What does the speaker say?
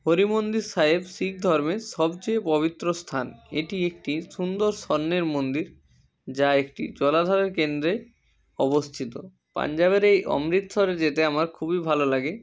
হরি মন্দির সাহেব শিখ ধর্মের সবচেয়ে পবিত্র স্থান এটি একটি সুন্দর স্বর্ণের মন্দির যা একটি জলাধারের কেন্দ্রে অবস্থিত পাঞ্জাবের এই অমৃতসরে যেতে আমার খুবই ভালো লাগে